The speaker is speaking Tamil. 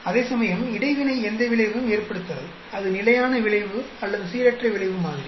அதேசமயம் இடைவினை எந்த விளைவையும் ஏற்படுத்தாது அது நிலையான விளைவு அல்லது சீரற்ற விளைவு மாதிரி